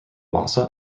wausau